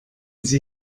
sie